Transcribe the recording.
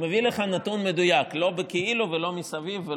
מביא לך נתון מדויק, לא בכאילו ולא מסביב.